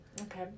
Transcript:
Okay